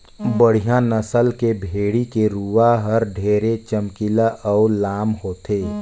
बड़िहा नसल के भेड़ी के रूवा हर ढेरे चमकीला अउ लाम होथे